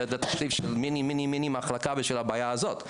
זה תקציב של מיני מחלקה בשביל הבעיה הזאת.